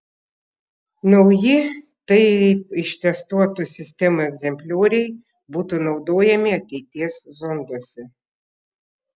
nauji taip ištestuotų sistemų egzemplioriai būtų naudojami ateities zonduose